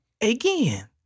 again